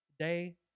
today